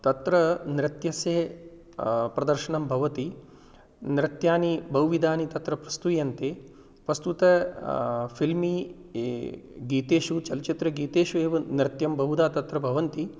तत्र नृत्यस्य प्रदर्शनं भवति नृत्यानि बहुविधानि तत्र प्रस्तूयन्ते वस्तुतः फ़िल्मीगीतेषु चलच्चित्रगीतेषु एव नृत्यं बहुधा तत्र भवन्ति